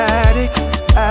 addict